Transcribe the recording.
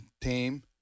team